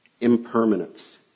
Impermanence